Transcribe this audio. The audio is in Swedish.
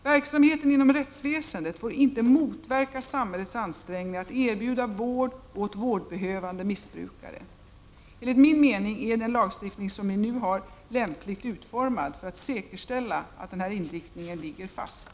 Verksamheten inom rättsväsendet får inte motverka samhällets ansträngningar att erbjuda vård åt vårdbehövande missbrukare. Enligt min mening är den lagstiftning som vi nu har lämpligt utformad för att säkerställa att denna inriktning ligger fast.